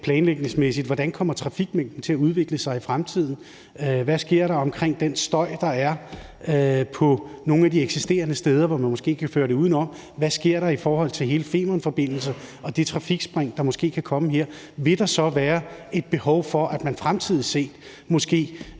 planlægningsmæssigt kommer til at udvikle sig i fremtiden. Hvad sker der omkring den støj, der er på nogle af de eksisterende steder, og hvor man måske kan føre det udenom? Hvad sker der i forhold til hele Femernforbindelsen og det trafikspring, der måske kan komme der? Vil der så være et behov for, at man i fremtiden har